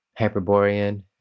hyperborean